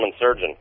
surgeon